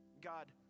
God